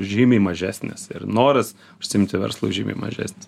žymiai mažesnis ir noras užsiimti verslu žymiai mažesnis